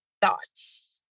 thoughts